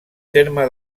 terme